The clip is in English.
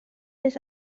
his